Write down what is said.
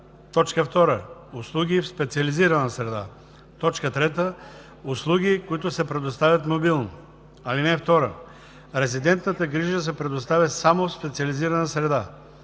среда; 2. услуги в специализирана среда; 3. услуги, които се предоставят мобилно. (2) Резидентната грижа се предоставя само в специализирана среда.